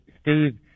Steve